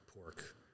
pork